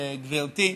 גברתי,